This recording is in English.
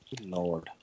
Lord